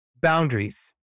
boundaries